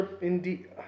indeed